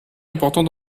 important